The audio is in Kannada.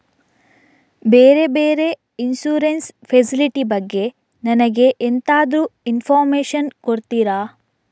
ಬೇರೆ ಬೇರೆ ಇನ್ಸೂರೆನ್ಸ್ ಫೆಸಿಲಿಟಿ ಬಗ್ಗೆ ನನಗೆ ಎಂತಾದ್ರೂ ಇನ್ಫೋರ್ಮೇಷನ್ ಕೊಡ್ತೀರಾ?